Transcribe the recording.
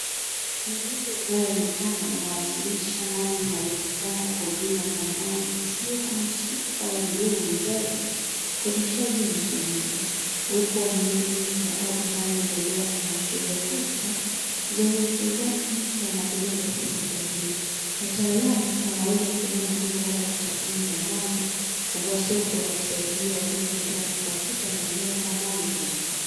Majengo yanayoonekana yanawakilisha mali zinazopatikana kwa huduma za mali isiyohamishika kama viliyo uuzaji, ukodishaji na usimamizi. Uwepo wa miundo mipya au inayoendelea na sheria. Fursa za uwekezaji na maendeleo katika sekta hii. Wataalamu wanaweza kutumia majengo haya kutathmini thamani, kuchunguza soko na kusaidia wateja katika kutafuta maeneo au mali zinazofaa.